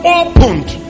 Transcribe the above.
opened